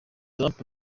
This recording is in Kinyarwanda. trump